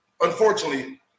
unfortunately –